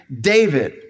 David